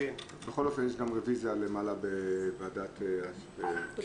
בכל אופן, יש גם רביזיה בוועדה המסדרת.